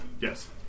yes